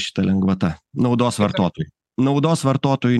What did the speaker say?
šita lengvata naudos vartotojui naudos vartotojui